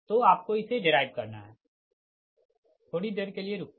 तो आपको इसे डेराइव करना हैथोड़ी देर के लिए रुकिए